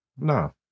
No